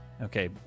Okay